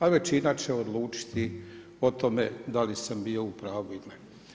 A većina će odlučiti o tome da li sam bio u pravu ili ne.